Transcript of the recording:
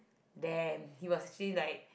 damn he was actually like